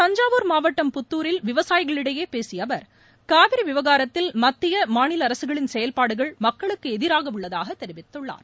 தஞ்சாவூர் மாவட்டம் புத்தூரில் விவசாயிகளிடையே பேசிய அவர் காவிரி விவகாரத்தில் மத்திய மாநில அரசுகளின் செயல்பாடுகள் மக்களுக்கு எதிராக உள்ளதாக தெரிவித்துள்ளார்